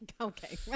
okay